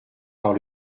par